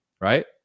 Right